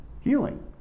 healing